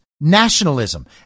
nationalism